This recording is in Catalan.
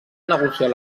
negociar